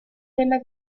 della